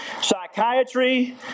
psychiatry